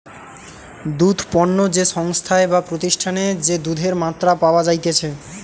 দুধ পণ্য যে সংস্থায় বা প্রতিষ্ঠানে যে দুধের মাত্রা পাওয়া যাইতেছে